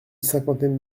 cinquantaine